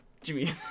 Jimmy